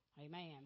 Amen